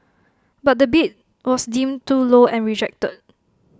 but the bid was deemed too low and rejected